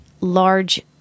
large